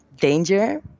danger